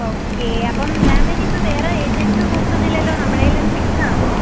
okay അപ്പം ma'am ഇനിയിപ്പോൾ വേറെ ഏജൻസിയൊന്നും നോക്കുന്നില്ലല്ലോ നമ്മുടെ ഇടയിൽ തന്നെ ഫിക്സാണോ